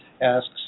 asks